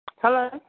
Hello